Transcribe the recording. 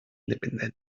independència